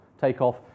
takeoff